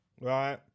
right